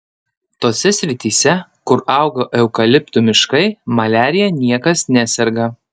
tose srityse kur auga eukaliptų miškai maliarija niekas neserga